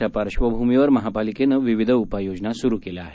त्या पार्श्वभूमीवर महापालिकेनं विविध उपाययोजना सुरू केल्या आहेत